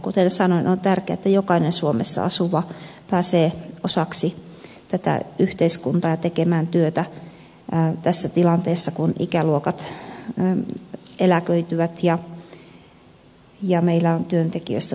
kuten sanoin on tärkeää että jokainen suomessa asuva pääsee osaksi tätä yhteiskuntaa ja tekemään työtä tässä tilanteessa kun ikäluokat eläköityvät ja meillä työntekijöistä tulee pulaa